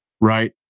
right